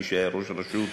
מי שהיה ראש רשות,